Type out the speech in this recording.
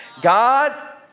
God